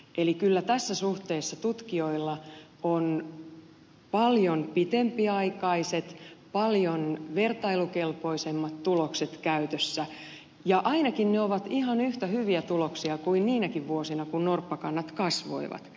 eli kyllä tässä suhteessa tutkijoilla on paljon pitempiaikaiset paljon vertailukelpoisemmat tulokset käytössä ja ainakin ne ovat ihan yhtä hyviä tuloksia kuin niinäkin vuosina kun norppakannat kasvoivat